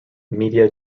media